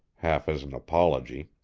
half as an apology.